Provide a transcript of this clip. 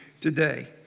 today